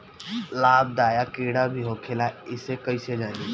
लाभदायक कीड़ा भी होखेला इसे कईसे जानी?